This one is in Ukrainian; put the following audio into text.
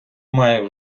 має